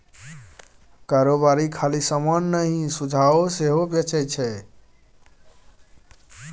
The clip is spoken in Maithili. कारोबारी खाली समान नहि सुझाब सेहो बेचै छै